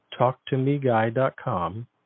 talktomeguy.com